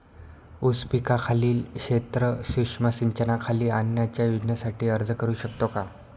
ऊस पिकाखालील क्षेत्र सूक्ष्म सिंचनाखाली आणण्याच्या योजनेसाठी अर्ज करू शकतो का?